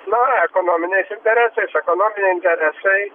na ekonominiais interesais ekonominiai interesai